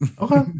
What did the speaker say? Okay